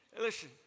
Listen